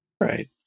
Right